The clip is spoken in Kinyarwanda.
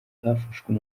hafashwe